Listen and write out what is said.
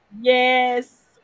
Yes